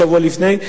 שבוע לפני,